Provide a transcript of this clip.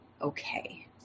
okay